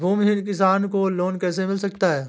भूमिहीन किसान को लोन कैसे मिल सकता है?